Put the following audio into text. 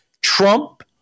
Trump